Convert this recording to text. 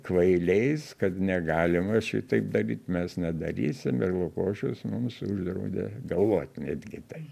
kvailiais kad negalima šitaip daryt mes nedarysim ir lukošius mums uždraudė galvot netgi tai